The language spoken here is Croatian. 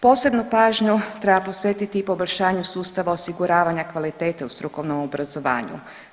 Posebnu pažnju treba posvetiti i poboljšanju sustava osiguravanja kvalitete u strukovnom obrazovanju.